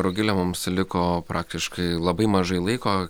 rugile mums liko praktiškai labai mažai laiko